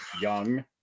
young